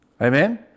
Amen